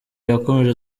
yakomeje